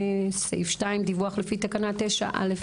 סעיף 2. וכן דיווח לפי תקנה 9(א1)(5)